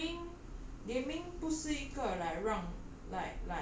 like flappy bird 都没有去玩因为这种 gaming